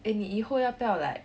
eh 你以后要不要 like